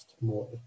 more